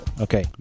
Okay